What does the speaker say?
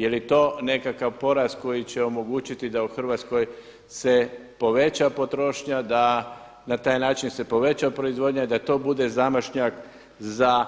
Jer je to nekakav porast koji će omogućiti da u Hrvatskoj se poveća potrošnja, da na taj način se poveća proizvodnja i da to bude zamašnjak za